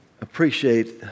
appreciate